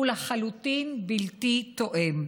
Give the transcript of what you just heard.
הוא לחלוטין בלתי מתאים,